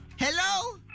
Hello